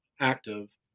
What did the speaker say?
active